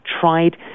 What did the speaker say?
tried